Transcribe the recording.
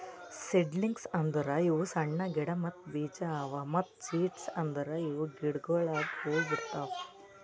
seedlings ಅಂದುರ್ ಇವು ಸಣ್ಣ ಗಿಡ ಮತ್ತ್ ಬೀಜ ಅವಾ ಮತ್ತ ಸೀಡ್ಸ್ ಅಂದುರ್ ಇವು ಗಿಡಗೊಳಾಗಿ ಹೂ ಬಿಡ್ತಾವ್